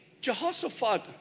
Jehoshaphat